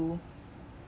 to